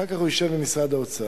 ואחר כך הוא ישב עם משרד האוצר.